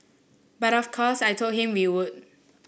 but of course I told him we would